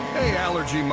hey allerg